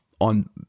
on